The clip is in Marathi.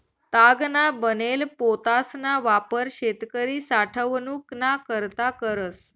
तागना बनेल पोतासना वापर शेतकरी साठवनूक ना करता करस